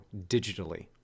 digitally